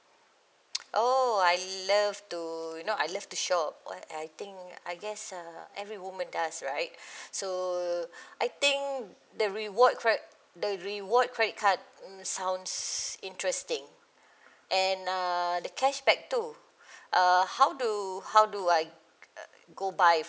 oh I love to you know I love to shop and I think I guess err every woman does right so I think the reward cre~ the reward credit card mm sounds interesting and uh the cashback too uh how do how do I uh go by